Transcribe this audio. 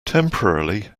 temporarily